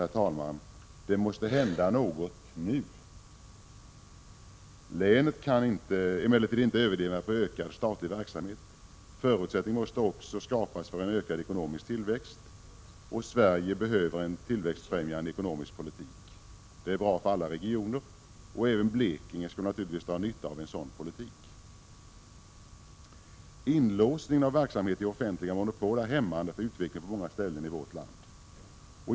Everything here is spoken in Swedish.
Herr talman! Det måste hända någonting nu! Länet kan emellertid inte enbart leva på ökad statlig verksamhet. Förutsättningar måste också skapas för en ökad ekonomisk tillväxt. Sverige behöver en tillväxtfrämjande ekonomisk politik. Det skulle vara bra för alla regioner. Även Blekinge skulle naturligtvis dra nytta av en sådan politik. Inlåsningen av verksamhet i offentliga monopol är hämmande för utvecklingen på många ställen i vårt land.